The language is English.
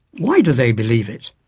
why do they believe it?